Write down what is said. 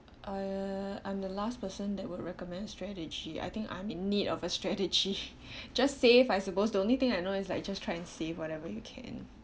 uh I'm the last person that would recommend strategy I think I'm in need of a strategy just save I suppose the only thing I know is like just try and save whatever you can